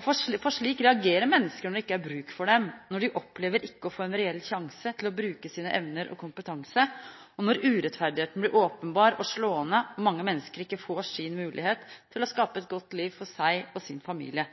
For slik reagerer mennesker når det ikke er bruk for dem, når de opplever ikke å få en reell sjanse til å bruke sine evner og sin kompetanse. Og når urettferdigheten blir åpenbar og slående og mange mennesker ikke får mulighet til å skape et godt liv for seg og sin familie,